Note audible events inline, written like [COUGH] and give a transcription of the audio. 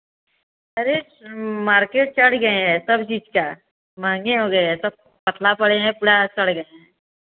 अरे मार्केट चढ़ गये है सब चीज़ का महँगे हो गए हैं [UNINTELLIGIBLE] पता पड़े है पूरा सड़ गये हैं